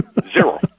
Zero